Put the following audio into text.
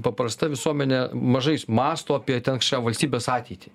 paprasta visuomenė mažai s mąsto apie ten kašią valstybės ateitį